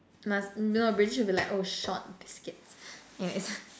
must no British would be like oh short biscuits